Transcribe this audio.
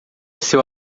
seu